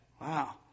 Wow